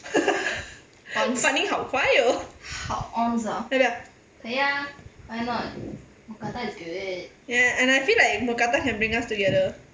反应好快哦 really ah yeah and I feel like mookata can bring us together